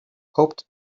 hoped